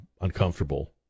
uncomfortable